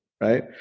right